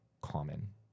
common